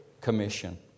Commission